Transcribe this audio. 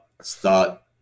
start